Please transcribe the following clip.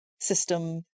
system